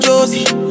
Josie